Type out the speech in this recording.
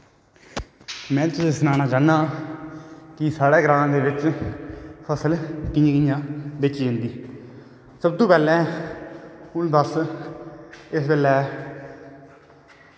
में तुसेंगी सनाना चाह्ना कि साढ़ै ग्रांऽ दै बिच्च फसल कियां कियां बेची जंदी सबतो पैह्लैं हून बस इसलै